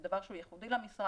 זה דבר שהוא ייחודי למשרד.